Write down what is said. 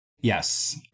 Yes